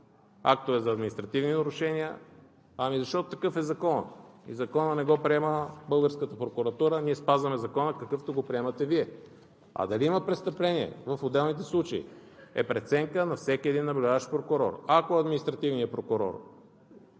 актове за административни нарушения? Ами, защото такъв е законът и законът не го приема българската прокуратура. Ние спазваме закона, какъвто го приемате Вие. А дали има престъпление в отделните случаи, е преценка на всеки един наблюдаващ прокурор. Ако административният прокурор